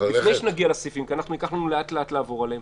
לפני שנגיע לסעיפים ייקח לנו לאט-לאט לעבור עליהם